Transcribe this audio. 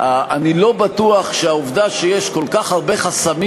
אני לא בטוח שהעובדה שיש כל כך הרבה חסמים